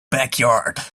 backyard